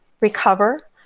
recover